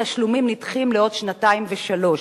תשלומים נדחים לעוד שנתיים ושלוש,